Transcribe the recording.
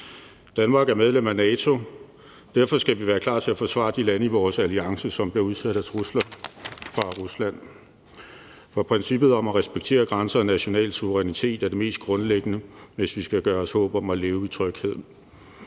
Danmark er medlem af NATO. Derfor skal vi være klar til at forsvare de lande i vores alliance, som bliver udsat for trusler fra Rusland. For princippet om at respektere grænser og national suverænitet er det mest grundlæggende, hvis vi skal gøre os håb om at leve i tryghed.